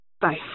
Bye